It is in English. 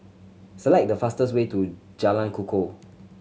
select the fastest way to Jalan Kukoh